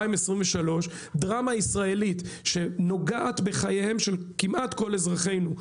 דרמה ישראלית שנוגעת בחייהם של כמעט כל אזרחינו,